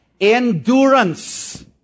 endurance